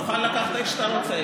תוכל לקחת איך שאתה רוצה.